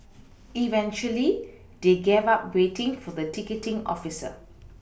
eventually they gave up waiting for the ticketing officer